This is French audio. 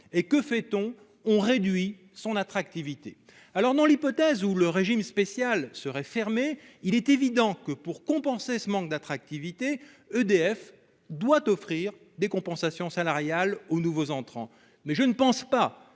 Or que fait-on ? On réduit son attractivité ! Aussi, dans l'hypothèse où le régime spécial serait fermé, il est évident que, pour compenser ce manque d'attractivité, EDF devra offrir des augmentations salariales aux nouveaux entrants. Mais je ne pense pas